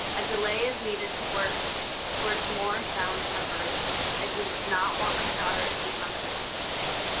a delay is needed to work towards more sound preparations. i do not want my daughter to become a statistic.